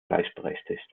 gleichberechtigt